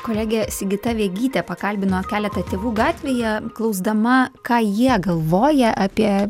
kolegė sigita vegytė pakalbino keletą tėvų gatvėje klausdama ką jie galvoja apie